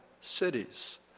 cities